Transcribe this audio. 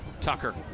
Tucker